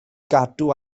gadw